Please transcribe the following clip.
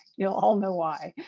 you'll all know why.